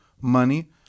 money